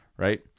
Right